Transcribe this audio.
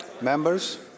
Members